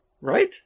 Right